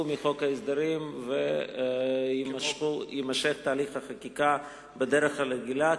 מחוק ההסדרים ויימשך תהליך החקיקה בדרך הרגילה,